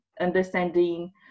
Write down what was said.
understanding